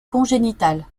congénitale